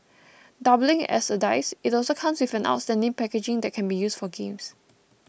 doubling as a dice it also comes with an outstanding packaging that can be used for games